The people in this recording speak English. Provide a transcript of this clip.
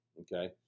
Okay